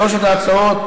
שלוש ההצעות